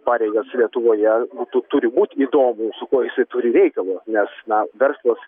pareigas lietuvoje nu tu turi būt įdomu su kuo jisai turi reikalą nes na verslas